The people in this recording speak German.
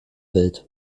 welt